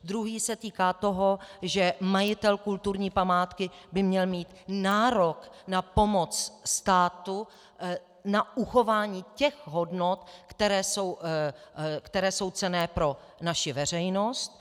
Druhý se týká toho, že majitel kulturní památky by měl mít nárok na pomoc státu, na uchování těch hodnot, které jsou cenné pro naši veřejnost.